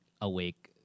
awake